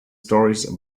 stories